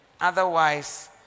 otherwise